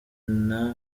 nto